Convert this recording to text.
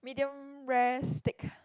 medium rare steak